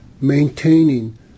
maintaining